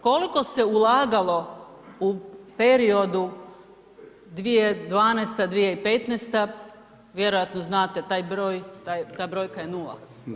Koliko se ulagalo u periodu 2012.-2015., vjerojatno znate taj broj, ta brojka je 0.